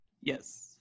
Yes